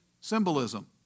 symbolism